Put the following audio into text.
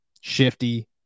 shifty